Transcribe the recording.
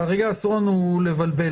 ואסור לנו לבלבל.